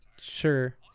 Sure